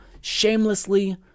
shamelessly